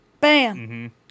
Bam